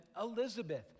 Elizabeth